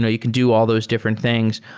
ah you can do all those different things.